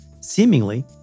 seemingly